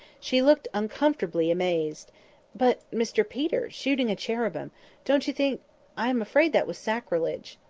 she looked uncomfortably amazed but, mr peter, shooting a cherubim don't you think i am afraid that was sacrilege!